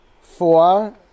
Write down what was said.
Four